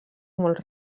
molt